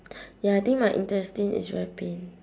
ya I think my intestine is very pain